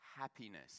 happiness